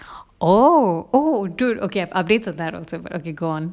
oh dude okay updates of that also but okay go on